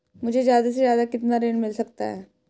मुझे ज्यादा से ज्यादा कितना ऋण मिल सकता है?